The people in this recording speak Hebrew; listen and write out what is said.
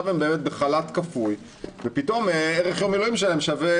הם בחל"ת כפוי ופתאום ערך יום מילואים שלהם שווה